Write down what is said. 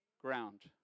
ground